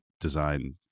design